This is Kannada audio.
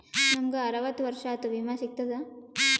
ನಮ್ ಗ ಅರವತ್ತ ವರ್ಷಾತು ವಿಮಾ ಸಿಗ್ತದಾ?